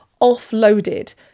offloaded